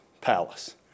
palace